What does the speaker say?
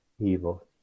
evil